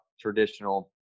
traditional